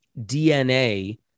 DNA